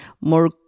more